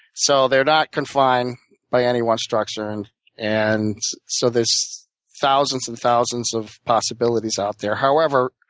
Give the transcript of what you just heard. so they're not confined by any one structure and and so there's thousands and thousands of possibilities out there. however,